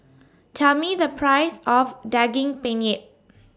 Tell Me The Price of Daging Penyet